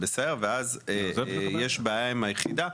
ואז יש בעיה עם היחידה,